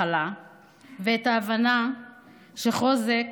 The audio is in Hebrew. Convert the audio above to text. הכלה ואת ההבנה שחוזק